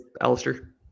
Alistair